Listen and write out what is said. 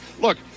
look